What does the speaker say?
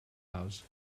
house